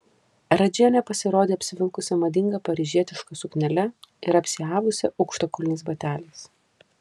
radžienė pasirodė apsivilkusi madinga paryžietiška suknele ir apsiavusi aukštakulniais bateliais